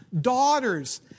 daughters